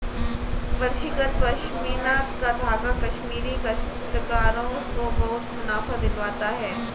परिष्कृत पशमीना का धागा कश्मीरी काश्तकारों को बहुत मुनाफा दिलवाता है